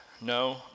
no